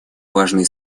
важные